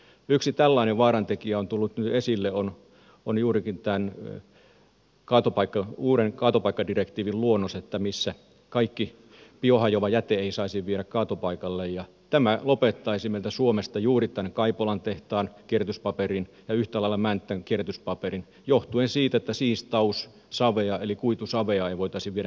yksi tällainen vaaratekijä joka on tullut nyt esille on juurikin tämän uuden kaatopaikkadirektiivin luonnos jonka mukaan kaikkea biohajoavaa jätettä ei saisi viedä kaatopaikalle ja tämä lopettaisi meiltä suomesta juuri tämän kaipolan tehtaan kierrätyspaperin ja yhtä lailla mäntän kierrätyspaperin johtuen siitä että siistaussavea eli kuitusavea ei voitaisi viedä mihinkään sen jälkeen